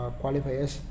qualifiers